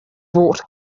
bought